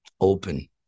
open